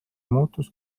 muutus